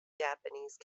japanese